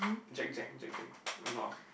Jack Jack Jack Jack a lot of